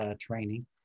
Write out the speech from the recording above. training